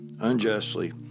unjustly